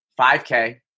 5K